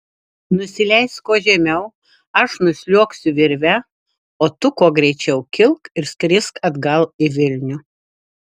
nusileisk kuo žemiau aš nusliuogsiu virve o tu kuo greičiau kilk ir skrisk atgal į vilnių